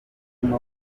umaze